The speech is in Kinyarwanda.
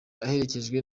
aherekejwe